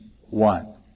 one